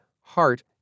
heart